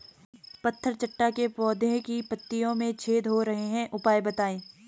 पत्थर चट्टा के पौधें की पत्तियों में छेद हो रहे हैं उपाय बताएं?